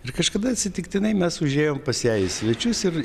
ir kažkada atsitiktinai mes užėjom pas ją į svečius ir